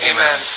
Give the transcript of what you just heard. Amen